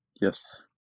Yes